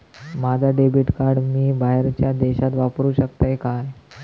माझा debit card मी बाहेरच्या देशात वापरू शकतय काय?